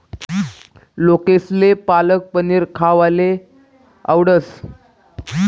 लोकेसले पालक पनीर खावाले आवडस